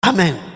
Amen